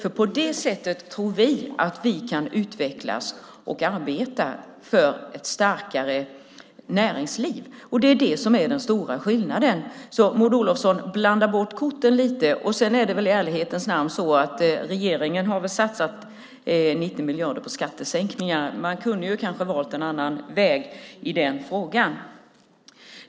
På det sättet tror vi att vi kan arbeta för och utveckla ett starkare näringsliv. Det är det som är den stora skillnaden. Maud Olofsson blandar bort korten lite. I ärlighetens namn har regeringen satsat 90 miljarder på skattesänkningar. Man kunde kanske ha valt en annan väg i den frågan.